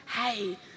hey